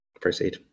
Proceed